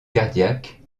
cardiaque